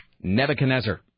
Nebuchadnezzar